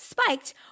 spiked